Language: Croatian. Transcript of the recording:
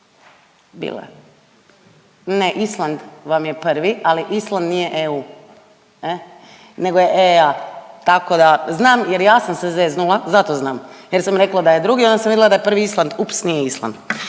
bila je. Ne Island vam je prvi, ali Island nije EU, nego je EA. Tako da znam jer ja sam se zeznula, zato znam jer sam rekla da je drugi, onda sam vidjela da je prvi Island. Ups, nije Island!